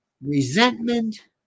resentment